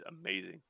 amazing